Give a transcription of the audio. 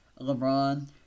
LeBron